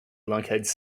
lunkheads